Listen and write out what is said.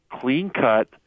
clean-cut